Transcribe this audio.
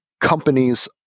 companies